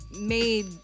made